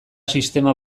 sistema